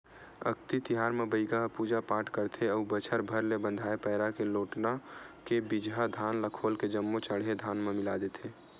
अक्ती तिहार म बइगा ह पूजा पाठ करथे अउ बछर भर ले बंधाए पैरा के लोटना के बिजहा धान ल खोल के जम्मो चड़हे धान म मिला देथे